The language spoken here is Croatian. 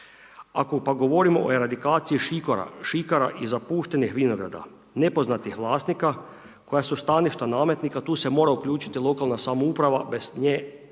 Ako pak govorimo o eradikaciji šikara, šikara i zapuštenih vinograda, nepoznatih vlasnika, koja su staništa nametnika, tu se mora uključiti lokalna samouprava bez nje taj